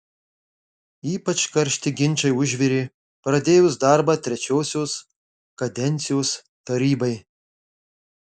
ypač karšti ginčai užvirė pradėjus darbą trečiosios kadencijos tarybai